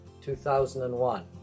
2001